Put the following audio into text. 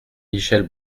michèle